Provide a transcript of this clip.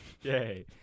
Yay